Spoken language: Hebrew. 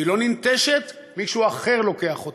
ואם היא לא ננטשת, מישהו אחר לוקח אותה.